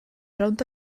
rownd